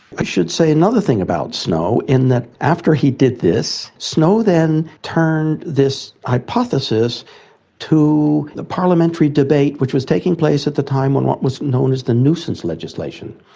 i should say another thing about snow in that after he did this, snow then turned this hypothesis to the parliamentary debate which was taking place at the time on what was known as the nuisance legislation.